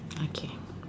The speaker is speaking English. okay